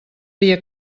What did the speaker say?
dia